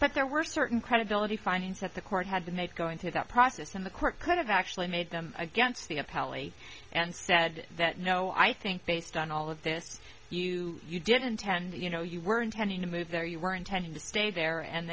but there were certain credibility findings that the court had to make going to that process and the court could have actually made them against the appellate and said that no i think based on all of this you you did intend you know you were intending to move there you were intending to stay there and